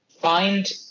Find